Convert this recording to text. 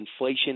inflation